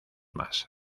marx